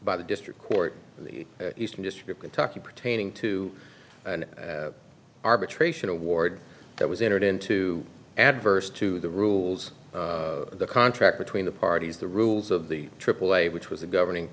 by the district court in the eastern district kentucky pertaining to an arbitration award that was entered into adverse to the rules of the contract between the parties the rules of the aaa which was a governing